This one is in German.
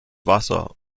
wasser